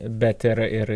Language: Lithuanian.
bet ir ir